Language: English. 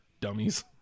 dummies